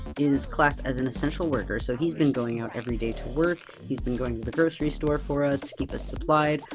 is classed as an essential worker, and so he's been going out every day to work, he's been going to the grocery store for us, to keep us supplied.